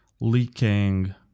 leaking